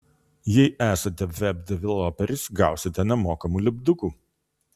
jei esate web developeris gausite nemokamų lipdukų